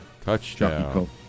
Touchdown